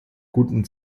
guten